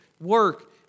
work